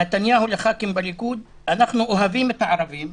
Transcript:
"נתניהו לח"כים בליכוד: אנחנו אוהבים את הערבים.